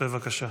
בבקשה.